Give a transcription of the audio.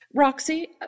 Roxy